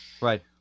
Right